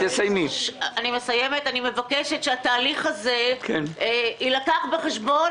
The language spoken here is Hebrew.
אני מבקשת שהתהליך הזה יילקח בחשבון,